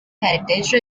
heritage